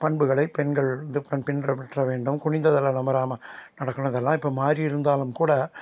பண்புகளை பெண்கள் வந்து பெண் பின்பற்றவேண்டும் குனிந்த தலை நிமிராமல் நடக்கணும் இதெல்லாம் இப்போ மாறி இருந்தாலும் கூட